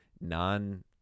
non